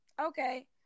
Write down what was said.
Okay